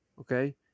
Okay